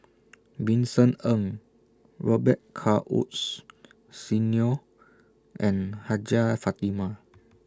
Vincent Ng Robet Carr Woods Senior and Hajjah Fatimah